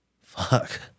fuck